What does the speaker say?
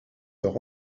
leur